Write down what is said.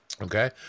Okay